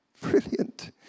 Brilliant